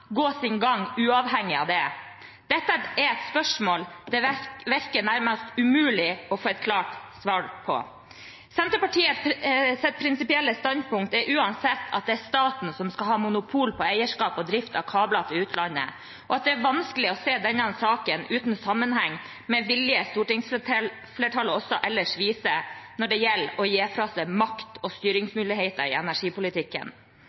gå sin gang uavhengig av det? Dette er et spørsmål det virker nærmest umulig å få et klart svar på. Senterpartiets prinsipielle standpunkt er uansett at det er staten som skal ha monopol på eierskap og drift av kabler til utlandet, og at det er vanskelig å se denne saken uten sammenheng med den viljen stortingsflertallet også ellers viser når til å gi fra seg makt og